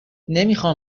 نمیخام